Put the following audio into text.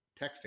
texting